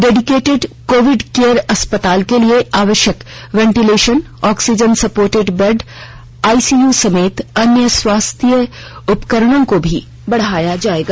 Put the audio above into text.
dedicated covid care अस्पताल के लिए आवश्यक ventilation oxygen supported bed ICU समेत अन्य स्वास्थ्य उपकरणो की भी बढ़ाया जाएगा